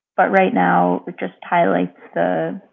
but right now, we're just tiley. the.